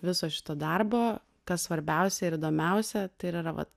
viso šito darbo kas svarbiausia ir įdomiausia tai ir yra vat